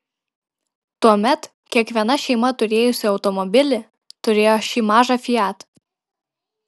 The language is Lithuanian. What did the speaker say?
tuomet kiekviena šeima turėjusi automobilį turėjo šį mažą fiat